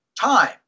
time